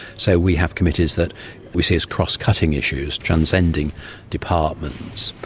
so we have committees that we see as cross cutting issues, transcending departments.